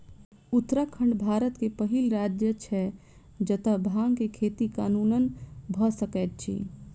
उत्तराखंड भारत के पहिल राज्य छै जतअ भांग के खेती कानूनन भअ सकैत अछि